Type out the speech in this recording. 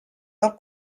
del